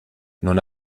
non